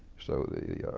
so the